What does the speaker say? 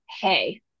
hey